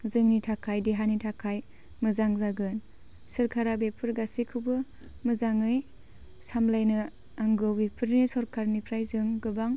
जोंनि थाखाय देहानि थाखाय मोजां जागोन सोरखारा बेफोर गासैखौबो मोजाङै सामलायनो नांगौ बेफोरनो सरखारनिफ्राय जों गोबां